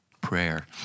prayer